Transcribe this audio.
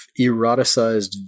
eroticized